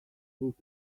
book